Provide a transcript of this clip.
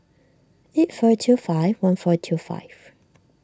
eight four two five one four two five